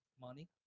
Money